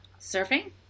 Surfing